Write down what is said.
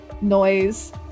noise